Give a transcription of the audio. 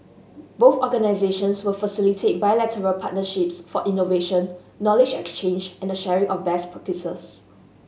both organisations will facilitate bilateral partnerships for innovation knowledge exchange and the sharing of best practices